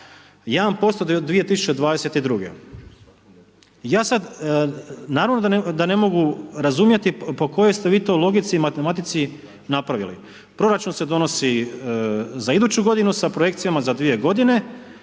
1% do 2022. I ja sad, naravno da ne mogu razumjeti po kojoj ste vi to logici i matematici napravili. Proračun se donosi za iduću godinu sa projekcijama za dvije godine